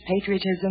patriotism